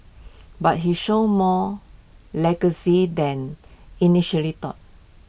but he showed more legacy than initially thought